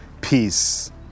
peace